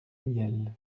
mihiel